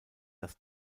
das